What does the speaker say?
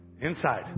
Inside